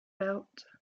belt